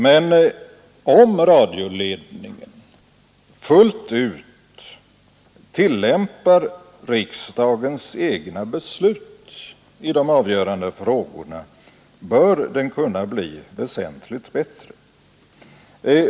Men om radioledningen fullt ut tillämpar riksdagens egna beslut i de avgörande frågorna, bör läget kunna bli väsentligt bättre.